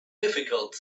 difficult